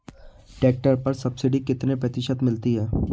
Tractor पर subsidy कितने प्रतिशत मिलती है?